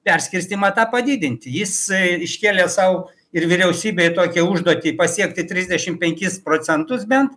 perskirstymą tą padidinti jis iškėlė sau ir vyriausybei tokią užduotį pasiekti trisdešimt penkis procentus bent